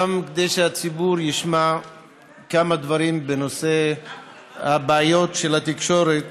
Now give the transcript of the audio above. גם כדי שהציבור ישמע כמה דברים בנושא הבעיות של התקשורת